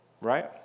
Right